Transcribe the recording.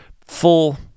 full